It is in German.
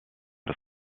des